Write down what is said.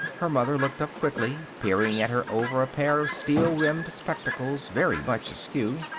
her mother looked up quickly, peering at her over a pair of steel-rimmed spectacles, very much askew.